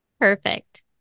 Perfect